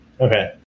Okay